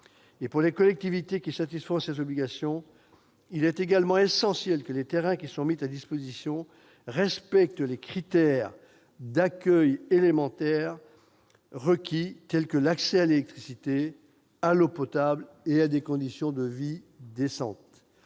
Pour les collectivités satisfaisant à ces obligations, il est essentiel que les terrains mis à disposition respectent les critères d'accueil élémentaire requis, tels que l'accès à l'électricité, à l'eau potable et à des conditions de vie décentes.